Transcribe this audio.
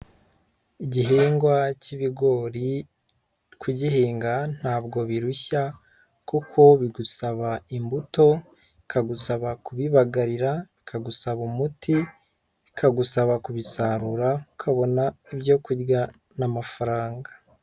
Igihingwa cy'ibigori kugihinga ntabwo birushya kuko bigusaba imbuto, bikagusaba kubibagarira, bikagusaba umuti, bikagusaba kubisarura, ukabona ibyo kurya n'amafaranga.